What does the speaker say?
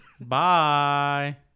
Bye